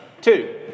Two